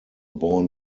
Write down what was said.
born